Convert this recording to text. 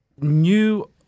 New